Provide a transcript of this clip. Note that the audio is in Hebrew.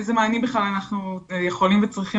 אילו מענים בכלל אנחנו יכולים וצריכים